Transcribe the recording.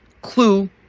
clue